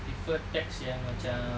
prefer texts yang macam